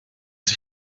sie